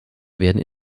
werden